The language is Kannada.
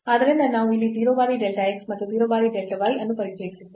ಆದ್ದರಿಂದ ನಾವು ಇಲ್ಲಿ 0 ಬಾರಿ delta x ಮತ್ತು 0 ಬಾರಿ delta y ಅನ್ನು ಪರಿಚಯಿಸಿದ್ದೇವೆ